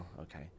Okay